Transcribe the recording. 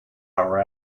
our